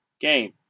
game